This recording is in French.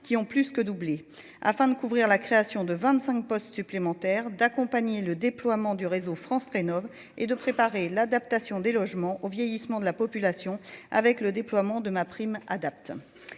qui ont plus que doublé, afin de couvrir la création de 25 postes supplémentaires d'accompagner le déploiement du réseau France rénove et de préparer l'adaptation des logements au vieillissement de la population, avec le déploiement de ma prime adapte